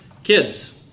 Kids